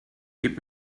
gib